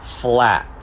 flat